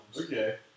Okay